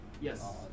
yes